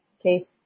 Okay